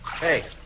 Hey